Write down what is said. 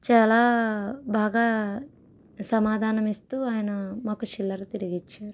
చాలా బాగా సమాధానమిస్తూ ఆయన మాకు చిల్లర తిరిగి ఇచ్చారు